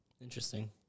Interesting